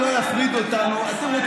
זה לא חוק אנטי-חרדי,